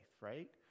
right